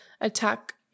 attack